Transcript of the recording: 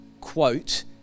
quote